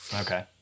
okay